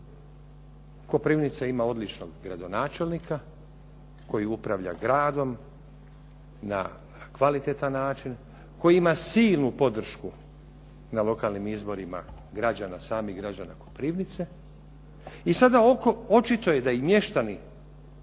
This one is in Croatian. Koprivnica ima odličnog gradonačelnika koji upravlja gradom na kvalitetan način, koji ima silnu podršku na lokalnim izborima građana, samih građana Koprivnice i sada očito je da i mještani